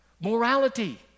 Morality